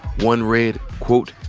one read, quote,